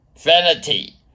vanity